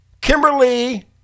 Kimberly